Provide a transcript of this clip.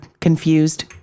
confused